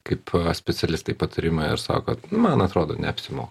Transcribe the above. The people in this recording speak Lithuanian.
kaip specialistai patarimą ir sakot man atrodo neapsimoka